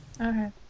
Okay